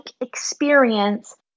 experience